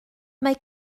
mae